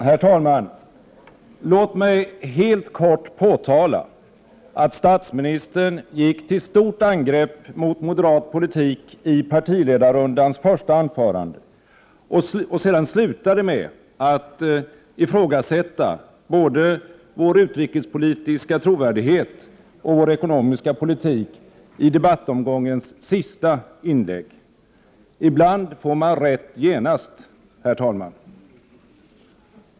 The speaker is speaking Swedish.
Herr talman! Låt mig helt kort påtala att statsministern gick till stort angrepp mot moderat politik i partiledarrundans första inlägg och sedan slutade med att ifrågasätta både vår utrikespolitiska trovärdighet och vår ekonomiska politik i debattomgångens sista inlägg. Ibland får man, herr talman, rätt genast. Herr talman!